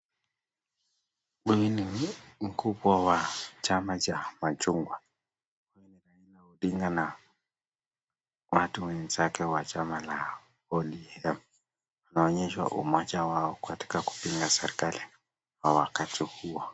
Huyu ni mkubwa wa chama cha machungwa, Odinga watu wenzake wa chama la ODM. Anaonyesha umoja wao katika kupinga serikali wa wakati huo.